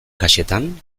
kaxetan